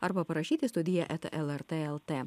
arba parašyti studija eta lrt lt